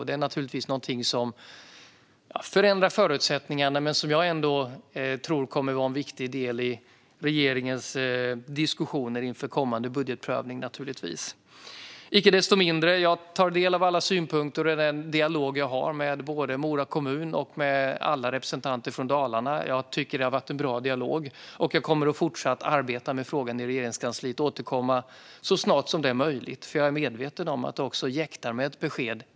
Det är naturligtvis någonting som förändrar förutsättningarna, men jag tror att det kommer att vara en viktig del i regeringens diskussioner inför kommande budgetprövning. Icke desto mindre tar jag del av alla synpunkter. Jag tycker att den dialog jag har haft med Mora kommun och alla representanter från Dalarna har varit bra. Jag kommer att fortsätta att arbeta med frågan i Regeringskansliet. Och jag kommer att återkomma så snart det är möjligt, för jag är medveten om att det jäktar med ett besked.